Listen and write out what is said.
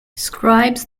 scribes